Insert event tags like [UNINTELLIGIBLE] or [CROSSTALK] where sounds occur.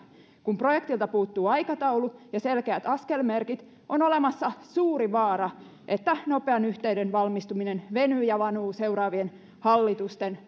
kun projektilta puuttuvat aikataulu ja selkeät askelmerkit on olemassa suuri vaara että nopean yhteyden valmistuminen venyy ja vanuu seuraavien hallitusten [UNINTELLIGIBLE]